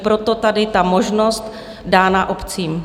Proto je tady ta možnost dána obcím.